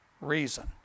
reason